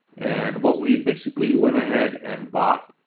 and what we basically went ahead and bought,